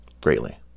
greatly